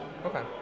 Okay